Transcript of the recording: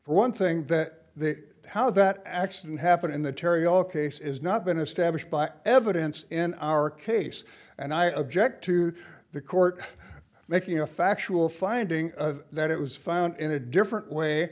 for one thing that the how that accident happened in the terry all case is not been established by evidence in our case and i object to the court making a factual finding that it was found in a different way